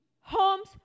homes